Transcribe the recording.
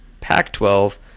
Pac-12